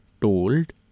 told